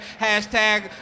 Hashtag